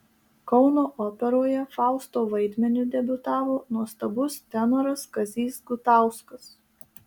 kauno operoje fausto vaidmeniu debiutavo nuostabus tenoras kazys gutauskas